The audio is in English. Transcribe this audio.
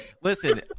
Listen